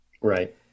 right